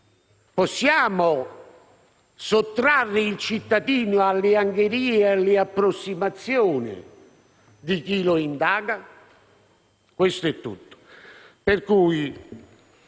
Possiamo sottrarre il cittadino alle angherie e alle approssimazioni di chi lo indaga? Questo è tutto.